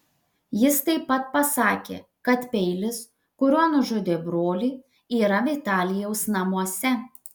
jis taip pat pasakė kad peilis kuriuo nužudė brolį yra vitalijaus namuose